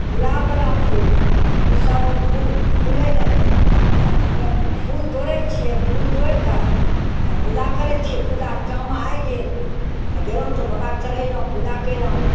गुलाबवला फूल ईसब फूल फुलेलै तब हमे फूल तोड़ै छिए फूल तोड़िके तब पूजा करै छिए पूजाके काम आइ गेल तऽ गेलहुँ तऽ बाबाके चढ़ेलहुँ पूजा कएलहुँ